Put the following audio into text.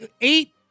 eight